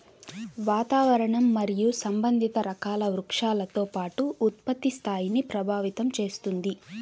వాతావరణం మరియు సంబంధిత రకాల వృక్షాలతో పాటు ఉత్పత్తి స్థాయిని ప్రభావితం చేస్తుంది